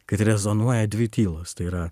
kad rezonuoja dvi tylos tai yra